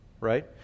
right